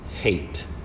hate